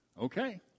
okay